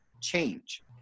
change